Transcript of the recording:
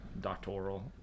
doctoral